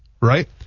right